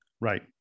Right